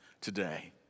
today